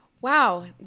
wow